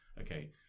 okay